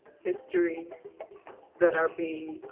histories that are being